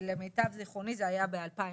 למיטב זכרוני זה היה ב-2017.